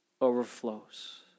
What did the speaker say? overflows